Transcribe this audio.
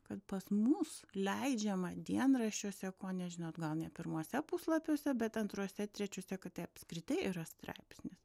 kad pas mus leidžiama dienraščiuose ko nežinot gal ne pirmuose puslapiuose bet antruose trečiuose kad tai apskritai yra straipsnis